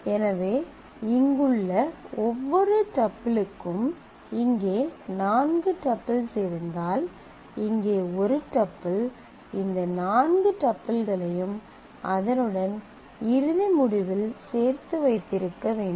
எனவே இங்குள்ள ஒவ்வொரு டப்பிளுக்கும் இங்கே நான்கு டப்பிள்ஸ் இருந்தால் இங்கே ஒரு டப்பிள் இந்த நான்கு டப்பிள்களையும் அதனுடன் இறுதி முடிவில் சேர்த்து வைத்திருக்க வேண்டும்